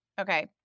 okay